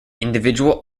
individual